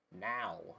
now